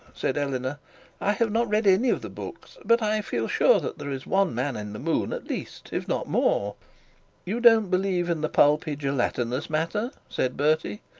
said eleanor i have not read any of the books, but i feel sure that there is one man in the moon at least, if not more you don't believe in the pulpy gelatinous matter said bertie.